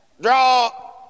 draw